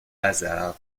bazar